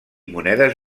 monedes